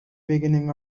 beginning